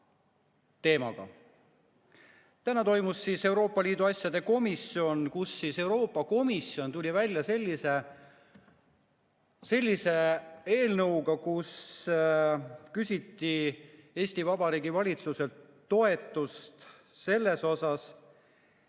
teemaga. Täna toimus Euroopa Liidu asjade komisjoni [istung], kus Euroopa Komisjon tuli välja sellise eelnõuga, kus küsiti Eesti Vabariigi valitsuselt toetust sellele,